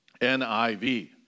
NIV